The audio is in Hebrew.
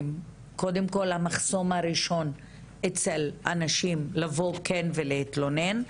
קודם כל המחסום הראשון אצל אנשים לבוא ולהתלונן,